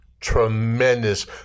Tremendous